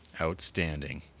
Outstanding